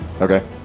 Okay